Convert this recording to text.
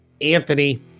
Anthony